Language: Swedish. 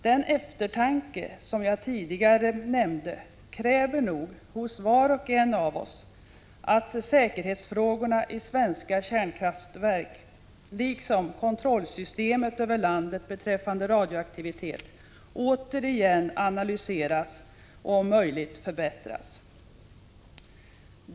Den eftertanke som jag tidigare nämnde kräver nog hos var och en av oss att säkerhetsfrågorna i svenska kärnkraftverk, liksom kontrollsystemet över landet beträffande radioaktivitet, återigen analyseras och om möjligt förbättras.